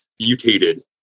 mutated